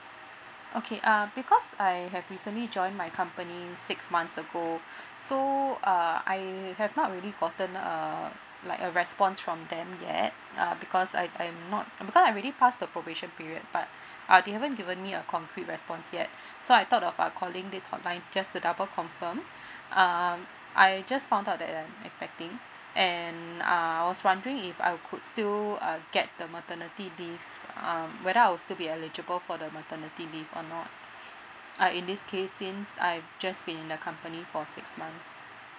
okay uh because I have recently joined my company six months ago so uh I have not really gotten uh like a response from them yet uh because I I'm not um I alredy passed the probation period but uh they haven't given me a concrete response yet so I thought of uh calling this hotline just to double confirm um I just found out that I'm expecting and uh I was wondering if I could still uh get the maternity leave um whether I'll still be eligible for the maternity leave or not uh in this case since I've just been the company for six months